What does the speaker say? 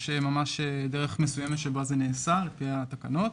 יש ממש דרך מסוימת בה זה נעשה על פי התקנות,